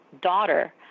daughter